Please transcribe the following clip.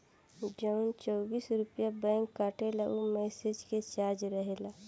जवन चौबीस रुपइया बैंक काटेला ऊ मैसेज के चार्ज रहेला